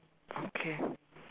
okay